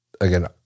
again